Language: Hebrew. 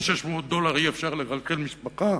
וב-600 דולר אי-אפשר לכלכל משפחה.